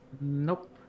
Nope